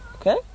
Okay